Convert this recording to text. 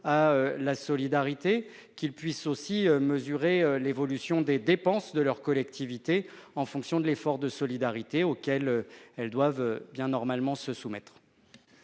à la solidarité. Ils pourront également mesurer l'évolution des dépenses de leur collectivité, en fonction de l'effort de solidarité auquel elles doivent se soumettre.